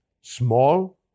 small